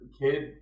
kid